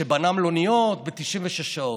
שבנה מלוניות ב-96 שעות.